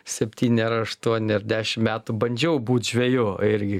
septyni ar aštuoni ar dešimt metų bandžiau būt žveju irgi